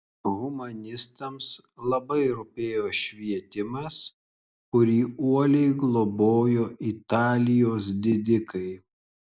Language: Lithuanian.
humanistams labai rūpėjo švietimas kurį uoliai globojo italijos didikai